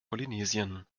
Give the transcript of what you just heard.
polynesien